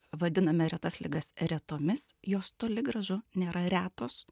vadiname retas ligas retomis jos toli gražu nėra retos